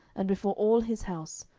and before all his house,